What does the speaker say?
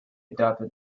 adopted